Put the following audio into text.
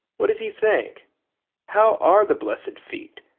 what does he think how are the blessed feet?